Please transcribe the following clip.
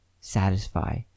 satisfy